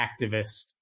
activist